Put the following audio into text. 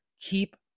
Keep